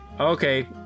Okay